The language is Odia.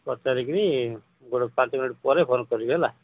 ପଚାରିକିରି ଗୋଟେ ପାଞ୍ଚ ମିନିଟ୍ ପରେ ଫୋନ୍ କରିବି ହେଲା